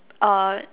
uh